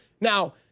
Now